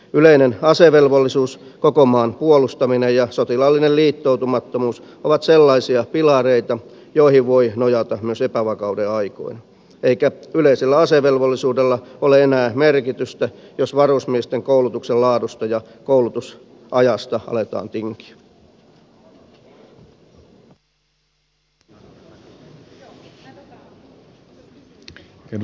yleinen asevelvollisuus koko maan puolustaminen ja sotilaallinen liittoutumattomuus ovat sellaisia pilareita joihin voi nojata myös epävakauden aikoina eikä yleisellä asevelvollisuudella ole enää merkitystä jos varusmiesten koulutuksen laadusta ja koulutusajasta aletaan tinkiä